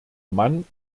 mann